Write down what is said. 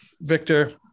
Victor